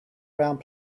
round